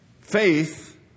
Faith